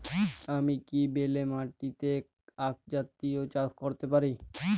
আমি কি বেলে মাটিতে আক জাতীয় চাষ করতে পারি?